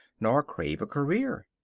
nor crave a career.